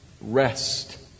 rest